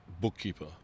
bookkeeper